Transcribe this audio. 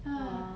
ha